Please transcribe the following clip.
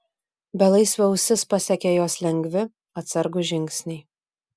belaisvio ausis pasiekė jos lengvi atsargūs žingsniai